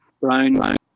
brown